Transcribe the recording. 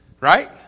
Right